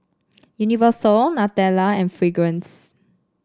Universal Nutella and Fragrance